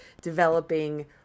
developing